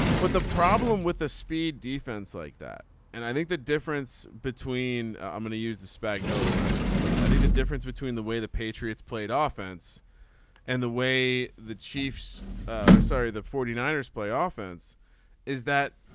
but the problem with the speed defense like that and i think the difference between i'm going to use this bag no ah reference but i think the difference between the way the patriots played ah offense and the way the chiefs are sorry the forty nine ers play ah offense is that